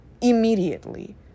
immediately